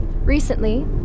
Recently